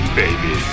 baby